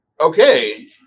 Okay